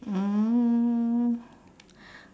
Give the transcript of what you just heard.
um